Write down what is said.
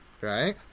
Right